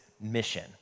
mission